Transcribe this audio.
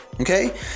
okay